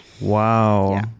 Wow